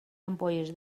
ampolles